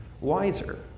wiser